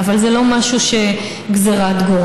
אבל זה לא גזרת גורל,